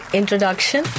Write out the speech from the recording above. introduction